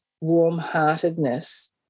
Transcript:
warm-heartedness